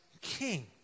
king